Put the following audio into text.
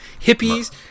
hippies